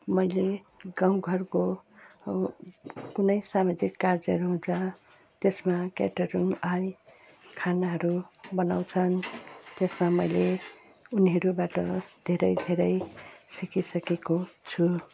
मैले गाउँघरको कुनै सामाजिक कार्यहरू हुँदा त्यसमा क्याटरिङ आई खानाहरू बनाउँछन् त्यसमा मैले उनीहरूबाट धेरै धेरै सिकिसकेको छु